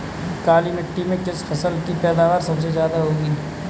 काली मिट्टी में किस फसल की पैदावार सबसे ज्यादा होगी?